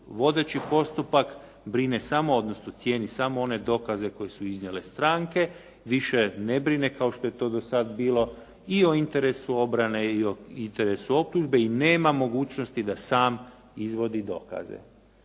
vodeći postupak brine samo, odnosno cijeni samo one dokaze koji su iznijele stranke, više ne brine kao što je to do sad bilo i o interesu obrane i o interesu optužbe i nema mogućnosti da sam izvodi dokaze.